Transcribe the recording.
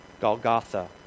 Golgotha